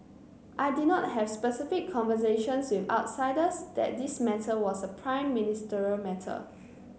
I did not have specific conversations with outsiders that this matter was a Prime Ministerial matter